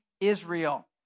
Israel